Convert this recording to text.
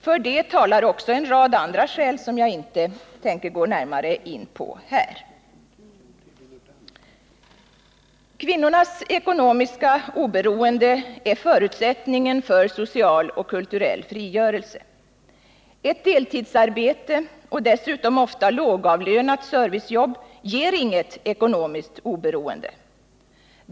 För det talar också en rad andra skäl, som jag inte tänker gå närmare in på här. Kvinnornas ekonomiska oberoende är förutsättningen för social och kulturell frigörelse. Ett deltidsarbete, dessutom ofta i lågavlönat servicejobb, ger inget ekonomiskt oberoende.